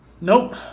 Nope